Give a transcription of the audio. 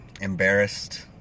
embarrassed